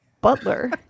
Butler